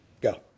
go